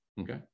okay